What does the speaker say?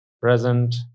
present